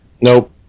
Nope